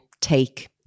take